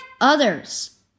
others